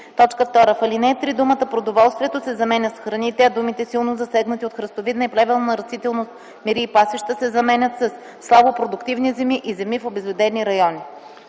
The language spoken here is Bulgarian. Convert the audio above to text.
или”. 2. В ал. 3 думата „продоволствието” се заменя с „храните”, а думите „силно засегнати от храстовидна и плевелна растителност мери и пасища” се заменят със „слабопродуктивни земи и земи в обезлюдени райони”.”